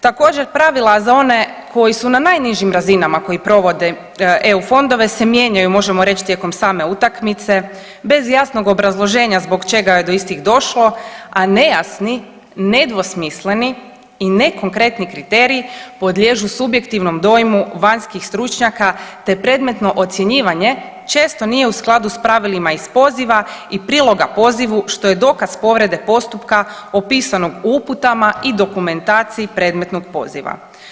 Također pravila za one koji su na najnižim razinama koji provode EU fondove se mijenjaju možemo reći tijekom same utakmice bez jasnog obrazloženja zbog čega je do istih došlo, a nejasni, nedvosmisleni i nekonkretni kriteriji podliježu subjektivnom dojmu vanjskih stručnjaka, te predmetno ocjenjivanje često nije u skladu sa pravilima iz poziva i priloga pozivu što je dokaz povrede postupka opisanog u uputama i dokumentaciji predmetnog poziva.